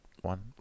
One